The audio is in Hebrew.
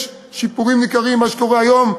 יש שיפורים ניכרים במה שקורה היום,